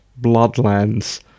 Bloodlands